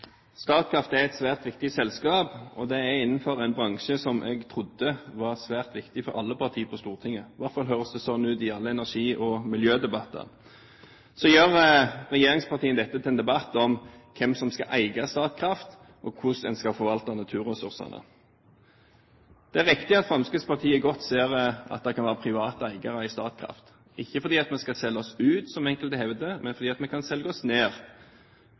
et svært viktig selskap innenfor en bransje som jeg trodde var svært viktig for alle partier på Stortinget – i hvert fall høres det slik ut i alle energi- og miljødebatter. Regjeringspartiene gjør dette til en debatt om hvem som skal eie Statkraft, og hvordan en skal forvalte naturressursene. Det er riktig at Fremskrittspartiet gjerne ser at det kan være private eiere i Statkraft, ikke fordi en skal selge seg ut, som enkelte hevder, men fordi en kan selge seg ned.